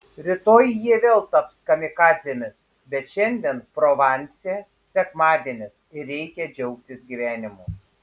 rytoj jie vėl taps kamikadzėmis bet šiandien provanse sekmadienis ir reikia džiaugtis gyvenimu